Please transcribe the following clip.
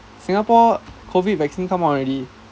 singapore COVID vaccine come out already